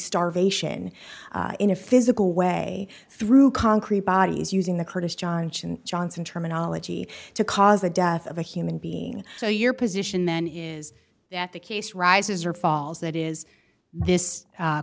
starvation in a physical way through concrete bodies using the kurdish johnson and johnson terminology to cause the death of a human being so your position then is that the case rises or falls that is this